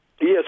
Yes